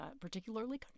particularly